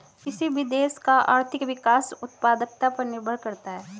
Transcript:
किसी भी देश का आर्थिक विकास उत्पादकता पर निर्भर करता हैं